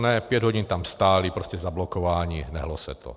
Ne, pět hodin tam stáli, prostě zablokováni, nehnulo se to.